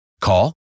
Call